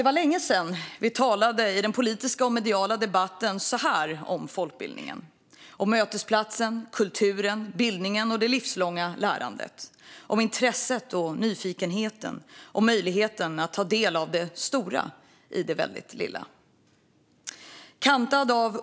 Det var länge sedan vi i den politiska och mediala debatten talade så här om folkbildningen: om mötesplatsen, kulturen, bildningen och det livslånga lärandet, om intresset, nyfikenheten och möjligheten att ta del av det stora i det väldigt lilla.